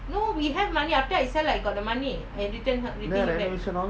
then